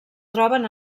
troben